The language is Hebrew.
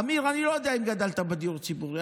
אמיר, אני לא יודע אם גדלת בדיור ציבורי.